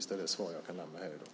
Det är det svar jag kan lämna här i dag.